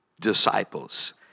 disciples